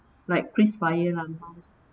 like krisflyer lah miles